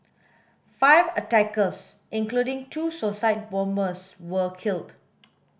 five attackers including two suicide bombers were killed